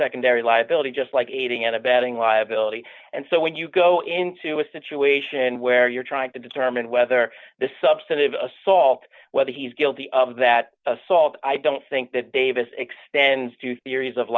secondary liability just like aiding and abetting liability and so when you go into a situation where you're trying to determine whether the substantive assault whether he's guilty of that assault i don't think that davis extends to theories of